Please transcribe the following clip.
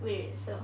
wait so